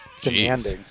Demanding